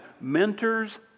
Mentors